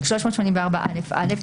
384א(א),